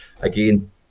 Again